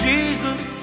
Jesus